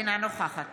אינה נוכחת